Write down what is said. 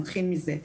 נתחיל מזה.